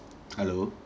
hello